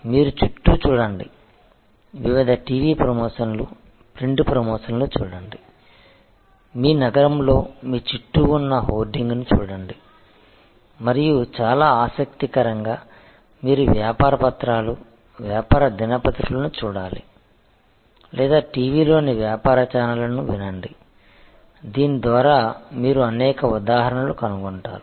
మీరు చుట్టూ చూడండి వివిధ టీవీ ప్రమోషన్లు ప్రింట్ ప్రమోషన్లు చూడండి మీ నగరంలో మీ చుట్టూ ఉన్న హోర్డింగ్ను చూడండి మరియు చాలా ఆసక్తికరంగా మీరు వ్యాపార పత్రాలు వ్యాపార దినపత్రికలను చూడాలి లేదా టీవీలోని వ్యాపార ఛానెల్లను వినండి దీని ద్వారా మీరు అనేక ఉదాహరణలు కనుగొంటారు